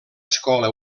escola